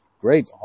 great